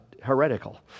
heretical